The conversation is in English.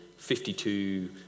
52